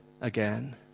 again